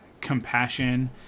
compassion